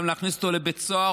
גם להכניס אותו לבית סוהר,